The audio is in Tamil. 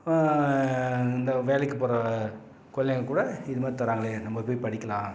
இந்த வேலைக்கு போகிற குழந்தைங்க கூட இதுமாதிரி தராங்களே நம்ம போய் படிக்கலாம்